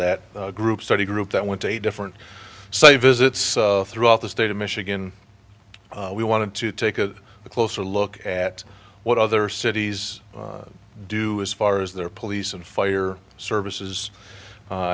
that group study group that went to a different say visits throughout the state of michigan we wanted to take a closer look at what other cities do as far as their police and fire services